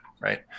right